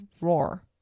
roar